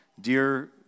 dear